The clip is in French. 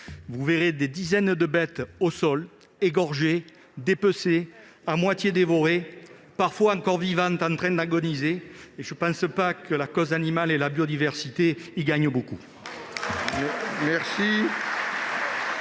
Vous verrez des dizaines de bêtes au sol, égorgées, dépecées, à moitié dévorées, parfois encore vivantes et en train d'agoniser. Je ne pense pas que la cause animale et la biodiversité y gagnent beaucoup.